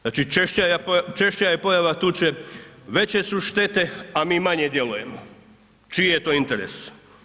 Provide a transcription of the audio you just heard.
Znači češća je pojava tuče, veće su štete a mi manje djelujemo, čiji je to interes?